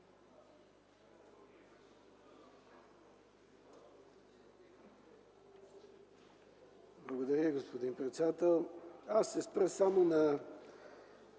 Благодаря Ви, господин председател. Ще се спра само на